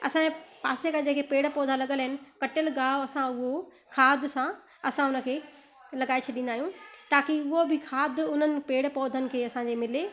असांजे पासे का जेके पेड़ पौधा लॻियल आहिनि कटियल गाहु असां उहो खाध सां असां हुनखे लगाए छॾींदा आहियूं ताकी उहो बि खाध उन्हनि पेड़ पौधनि खे असांजे मिले